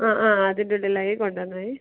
അ ആ അതിന്റുള്ളിലായി കൊണ്ടുവന്നാൽ മതി